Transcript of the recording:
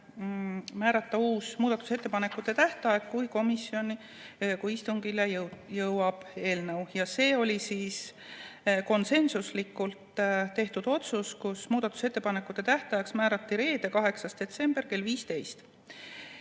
määrata uus muudatusettepanekute tähtaeg, kui eelnõu istungile jõuab. See oli konsensuslikult tehtud otsus, muudatusettepanekute tähtajaks määrati reede, 8. detsember kell 15.